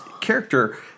character